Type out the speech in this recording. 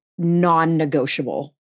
Non-negotiable